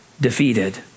defeated